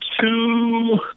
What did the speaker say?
two